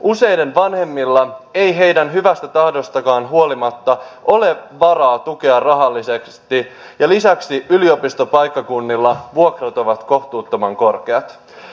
useiden vanhemmilla ei heidän hyvästä tahdostaankaan huolimatta ole varaa tukea rahallisesti ja lisäksi yliopistopaikkakunnilla vuokrat ovat kohtuuttoman korkeat